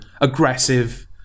aggressive